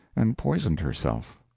and poisoned herself.